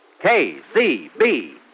KCB